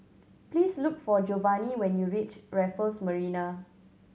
please look for Jovanni when you reach Raffles Marina